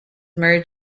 married